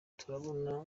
turabona